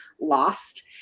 lost